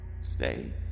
stay